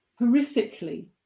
horrifically